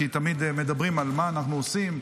כי תמיד מדברים על מה אנחנו עושים,